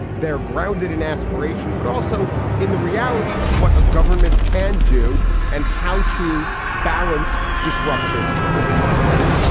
they're grounded in aspiration, but also in the reality of what a government can do and how to balance disruption with progress.